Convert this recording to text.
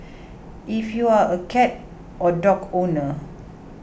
if you are a cat or dog owner